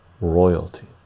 royalty